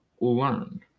learn